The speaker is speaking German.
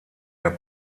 der